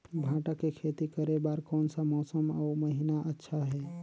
भांटा के खेती करे बार कोन सा मौसम अउ महीना अच्छा हे?